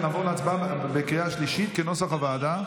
נעבור להצבעה בקריאה השלישית כנוסח הוועדה.